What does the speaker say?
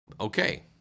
Okay